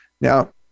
Now